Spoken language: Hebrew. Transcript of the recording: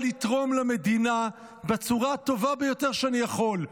לתרום למדינה בצורה הטובה ביותר שאני יכול,